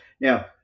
now